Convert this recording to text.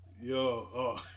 Yo